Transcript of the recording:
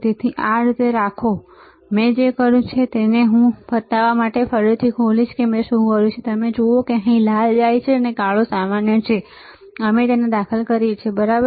તેથી તેને આ રીતે રાખો મેં જે કર્યું છે તે હું તમને તે બતાવવા માટે ફરીથી ખોલીશ કે મેં શું કર્યું છે તમે જુઓ છો કે અહીં લાલ જાય છે કાળો સામાન્ય છે અને અમે તેને દાખલ કરીએ છીએ બરાબર